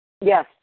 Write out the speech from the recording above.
Yes